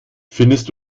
findest